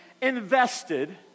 invested